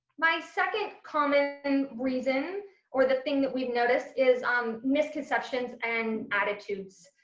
my second common and reason or the thing that we've noticed is um misconceptions and attitudes.